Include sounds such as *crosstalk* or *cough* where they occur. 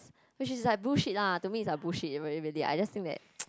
which is like bullshit lah to me is like bullshit r~ really I just think that *noise*